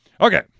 Okay